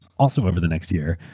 also, over the next year,